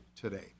today